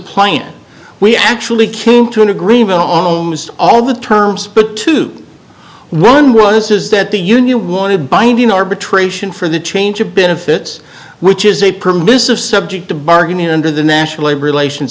plan we actually came to an agreement on homes all the terms but two one was is that the union wanted binding arbitration for the change of benefits which is a permissive subject to bargaining under the national labor relations